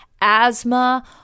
asthma